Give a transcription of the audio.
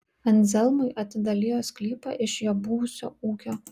anzelmui atidalijo sklypą iš jo buvusio ūkio